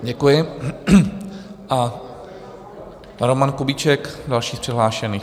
Děkuji a Roman Kubíček, další z přihlášených.